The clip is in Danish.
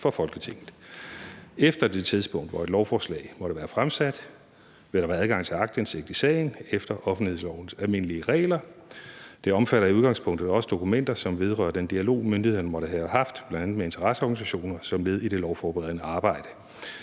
Efter det tidspunkt, hvor et lovforslag måtte være fremsat, vil der være adgang til aktindsigt i sagen efter offentlighedslovens almindelige regler. Det omfatter i udgangspunktet også dokumenter, som vedrører den dialog, myndighederne måtte have haft bl.a. med interesseorganisationer som led i det lovforberedende arbejde.